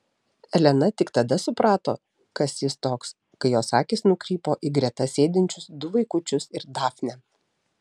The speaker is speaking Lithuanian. elena tik tada suprato kas jis toks kai jos akys nukrypo į greta sėdinčius du vaikučius ir dafnę